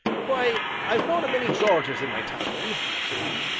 why, i've knowed a many georges in my time, said he,